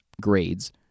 grades